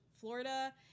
Florida